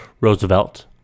Roosevelt